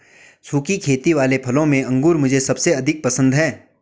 सुखी खेती वाले फलों में अंगूर मुझे सबसे अधिक पसंद है